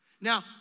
Now